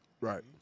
right